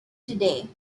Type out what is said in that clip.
today